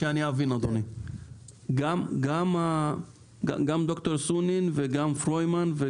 גם ד"ר סונין וגם פרוימן,